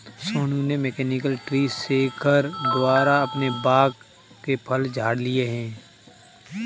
सोनू ने mechanical tree shaker द्वारा अपने बाग के फल झाड़ लिए है